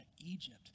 Egypt